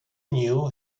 knew